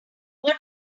what